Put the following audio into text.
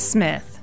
Smith